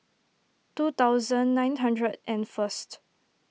two thousand nine hundred and first